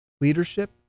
leadership